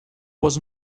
was